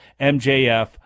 MJF